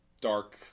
dark